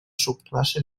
subclasse